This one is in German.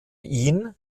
ihn